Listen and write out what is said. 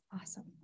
Awesome